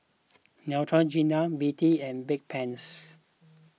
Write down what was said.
Neutrogena B D and Bedpans